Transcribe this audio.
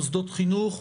מוסדות חינוך.